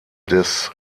des